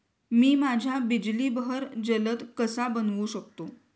मी माझ्या बिजली बहर जलद कसा बनवू शकतो?